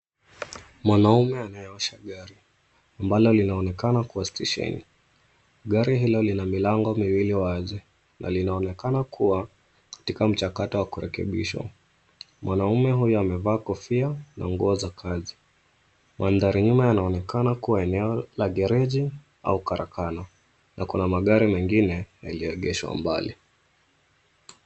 Mwanaume anayeosha gari ambalo linaonekana kuwa stesheni gari hilo lina milango miwili wazi na linaonekana kuwa katika mchakato wa kurekibishwa mwanaume huyu amevaa kofia na nguo za kazi. Mandhari ya nyuma yanaoneka kuwa gereji au karakana na kuna magari mengine yaliyo egeshwa mbali.